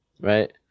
right